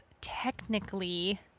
technically